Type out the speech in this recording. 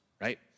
right